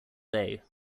day